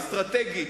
האסטרטגית,